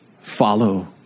Follow